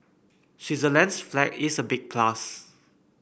Switzerland's flag is a big plus